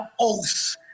oath